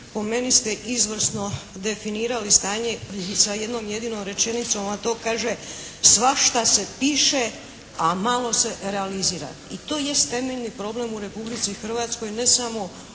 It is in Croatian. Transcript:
po meni ste izvrsno definirali stanje i sa jednom jedinom rečenicom a to kaže, svašta se piše a malo se realizira. I to jest temeljni problem u Republici Hrvatskoj ne samo u